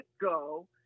go